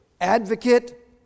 advocate